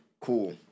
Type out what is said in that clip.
cool